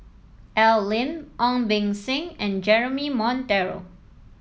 Al Lim Ong Beng Seng and Jeremy Monteiro